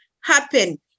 happen